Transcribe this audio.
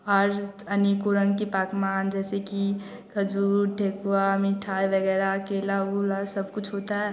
और अनिकुरण की पाठ मान जैसे की खजूर ठेकुआ मिठाई वगैरह केला वेला सब कुछ होता है